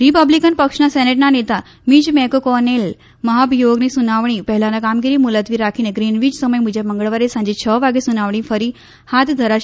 Republican પક્ષના સેનેટના નેતા મીચ મેકકોનેલે મહાભિયોગની સુનવાણી પહેલાની કામગીરી મુલતવી રાખીને ગ્રિનવીચ સમય મુજબ મંગળવારે સાંજે છ વાગે સુનવણી ફરી હાથ ધરાશે